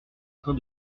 train